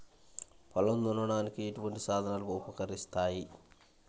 పొలం దున్నడానికి ఎటువంటి సాధనాలు ఉపకరిస్తాయి?